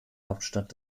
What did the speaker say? hauptstadt